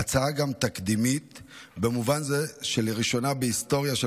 ההצעה גם תקדימית במובן זה שלראשונה בהיסטוריה של